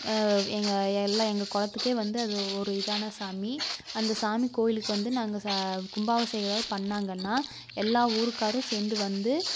எங்கள் எல்லை எங்கள் குளத்துக்கே வந்து அது ஒரு இதான சாமி அந்த சாமி கோயிலுக்கு வந்து நாங்கள் ச கும்பாபிஷேகம் எதாவது பண்ணாங்கன்னா எல்லாம் ஊருக்காரும் சேர்ந்து வந்து